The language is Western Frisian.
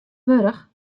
warch